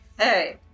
Hey